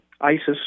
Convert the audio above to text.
ISIS